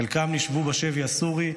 חלקם נשבו בשבי הסורי,